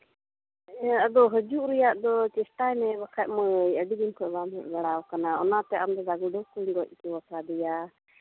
ᱟᱫᱚ ᱦᱤᱡᱩᱜ ᱨᱮᱭᱟᱜ ᱫᱚ ᱪᱮᱥᱴᱟᱭ ᱢᱮ ᱵᱟᱠᱷᱟᱡ ᱢᱟᱹᱭ ᱟᱹᱰᱤ ᱫᱤᱱ ᱠᱷᱚᱱ ᱵᱟᱢ ᱦᱮᱡ ᱵᱟᱲᱟ ᱟᱠᱟᱱᱟ ᱚᱱᱟᱛᱮ ᱟᱢ ᱫᱟᱫᱟ ᱜᱮᱰᱮ ᱠᱚᱧ ᱜᱚᱡ ᱦᱤᱪᱚ ᱠᱟᱫᱮᱭᱟ